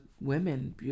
women